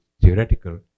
theoretical